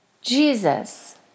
Jesus